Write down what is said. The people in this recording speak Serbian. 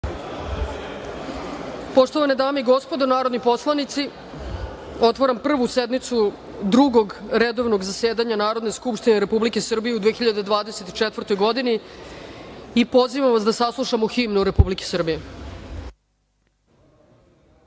Poštovane dame i gospodo narodni poslanici, otvaram Prvu sednicu Drugog redovnog zasedanja Narodne skupštine Republike Srbije u 2024. godini. Pozivam vas da saslušamo himnu Republike